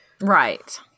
Right